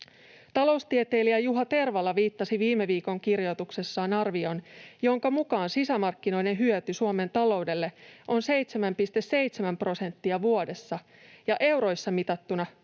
Taloustieteilijä Juha Tervala viittasi viime viikon kirjoituksessaan arvioon, jonka mukaan sisämarkkinoiden hyöty Suomen taloudelle on 7,7 prosenttia vuodessa ja euroissa mitattuna